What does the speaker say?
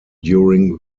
during